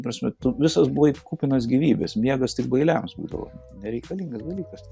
ta prasme tu visas buvai kupinas gyvybės miegas tik bailiams būdavo nereikalingas dalykas